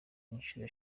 inshuro